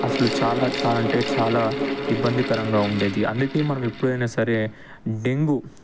అసలు చాలా చా అంటే చాలా ఇబ్బందికరంగా ఉండేది అందుకే మనం ఎప్పుడైనా సరే డెంగ్యూ